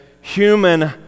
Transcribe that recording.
human